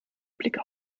blicke